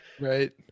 Right